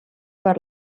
per